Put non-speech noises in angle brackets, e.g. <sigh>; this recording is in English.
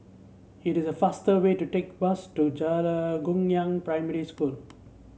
it is the faster way to take bus to <unintelligible> Guangyang Primary School